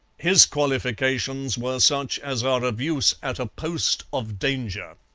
his qualifications were such as are of use at a post of danger.